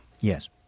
Yes